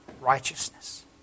righteousness